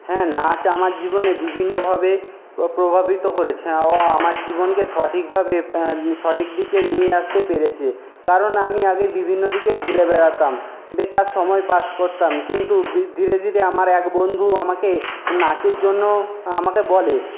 হ্যাঁ নাচ আমার জীবনে বিভিন্নভাবে প্রভাবিত করেছে ও আমার জীবনকে সঠিকভাবে সঠিক দিকে নিয়ে আসতে পেরেছে কারণ আমি আগে বিভিন্ন দিকে ঘুরে বেড়াতাম বেকার সময় পাস করতাম কিন্তু ধীরে ধীরে আমার এক বন্ধু আমাকে নাচের জন্য আমাকে বলে